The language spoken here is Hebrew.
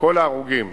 כל ההרוגים